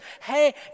hey